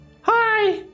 Hi